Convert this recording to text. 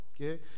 okay